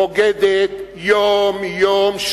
בוגדת יום-יום,